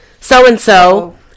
so-and-so